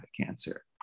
cancer